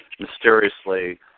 mysteriously